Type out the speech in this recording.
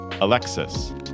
Alexis